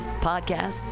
podcasts